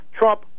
Trump